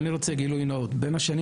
אני רוצה לומר גילוי נאות: בין השנים